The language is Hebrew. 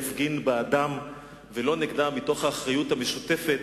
יפגין בעדם ולא נגדם מתוך האחריות המשותפת